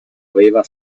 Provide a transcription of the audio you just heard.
aveva